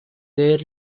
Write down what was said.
their